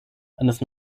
eines